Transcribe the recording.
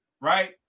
right